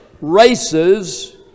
races